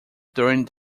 during